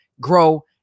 grow